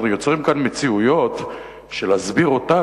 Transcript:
אנחנו יוצרים כאן מציאויות שלהסביר אותן,